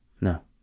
no